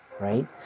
right